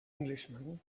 englishman